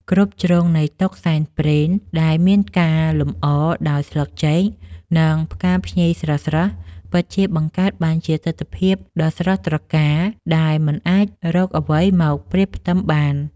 គ្រប់ជ្រុងនៃតុសែនព្រេនដែលមានការលម្អដោយស្លឹកចេក និងផ្កាភ្ញីស្រស់ៗពិតជាបង្កើតបានជាទិដ្ឋភាពដ៏ស្រស់ត្រកាលដែលមិនអាចរកអ្វីមកប្រៀបផ្ទឹមបាន។